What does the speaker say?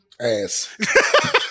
Ass